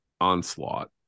onslaught